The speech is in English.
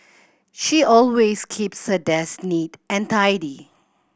she always keeps her desk neat and tidy